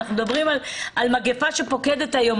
אנחנו מדברים על מגיפה שפוקדת אותנו היום,